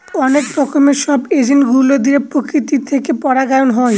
অনেক রকমের সব এজেন্ট গুলো দিয়ে প্রকৃতি থেকে পরাগায়ন হয়